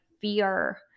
fear